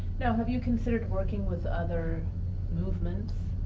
now, have you considered working with other movements?